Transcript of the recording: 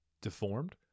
Deformed